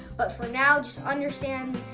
but for now, just understand,